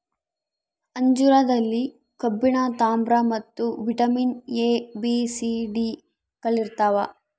ಅಂಜೂರದಲ್ಲಿ ಕಬ್ಬಿಣ ತಾಮ್ರ ಮತ್ತು vitamin A B C D ಗಳಿರ್ತಾವ